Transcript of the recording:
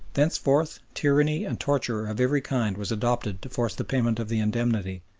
thenceforth tyranny and torture of every kind was adopted to force the payment of the indemnity,